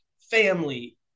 family